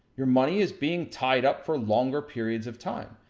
your money is being tied up for longer periods of time,